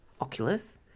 Oculus